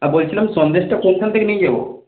আর বলছিলাম সন্দেশটা কোনখান থেকে নিয়ে যাব